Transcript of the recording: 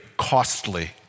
costly